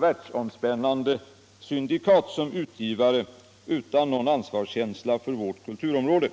världsomspännande syndikat som utgivare utan någon ansvarskänsla för vårt kulturområde.